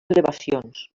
elevacions